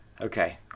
okay